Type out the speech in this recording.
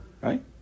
right